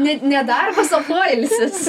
ne ne darbas o poilsis